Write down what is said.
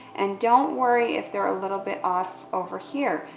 and don't worry if they're a little bit off, over here,